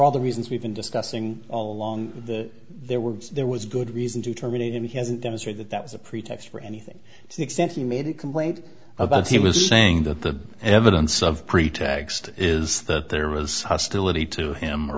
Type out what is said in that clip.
all the reasons we've been discussing all along there were there was good reason to terminate him he hasn't demonstrated that was a pretext for anything to the extent he made a complaint about he was saying that the evidence of pretext is that there was hostility to him or